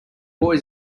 boys